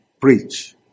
preach